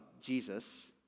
jesus